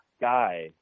guy